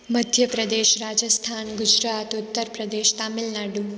Madhya Pradesh Rajasthan Gujarat Uttar Pradesh Tamil Nadu